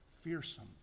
fearsome